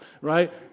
right